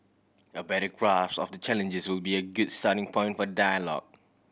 a better grasp of the challenges will be a good starting point for dialogue